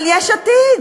אבל יש עתיד,